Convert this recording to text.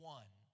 one